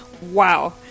Wow